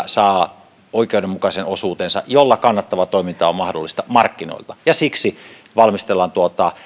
saa markkinoilta oikeudenmukaisen osuutensa jolla kannattava toiminta on mahdollista ja siksi valmistellaan